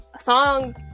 songs